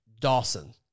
Dawson